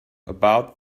about